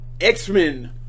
X-Men